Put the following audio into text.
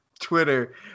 Twitter